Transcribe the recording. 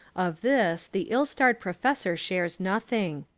of this the ill-starred pro fessor shares nothing.